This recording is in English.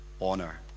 honor